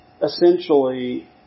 Essentially